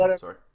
sorry